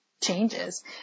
changes